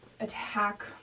attack